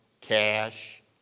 cash